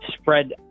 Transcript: spread